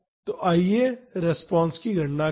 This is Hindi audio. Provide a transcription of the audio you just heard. तो आइए रिस्पांस की गणना करें